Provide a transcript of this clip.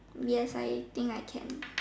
V S I think iPad